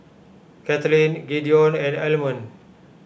Kathlene Gideon and Almon